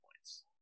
points